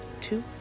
two